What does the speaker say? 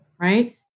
right